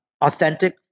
authentic